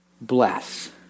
bless